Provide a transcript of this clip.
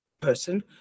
person